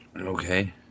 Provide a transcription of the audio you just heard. Okay